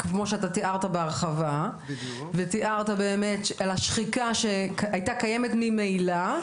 כפי שאתה תיארת בהרחבה ותיארת באמת על השחיקה שכבר הייתה קיימת ממילא,